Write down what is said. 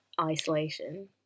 isolation